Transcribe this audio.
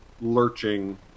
lurching